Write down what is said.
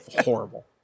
Horrible